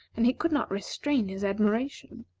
and he could not restrain his admiration.